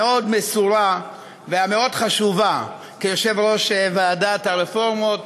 המאוד-מסורה ומאוד חשובה שלו כיושב-ראש ועדת הרפורמות,